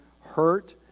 hurt